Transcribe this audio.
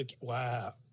Wow